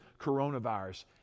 Coronavirus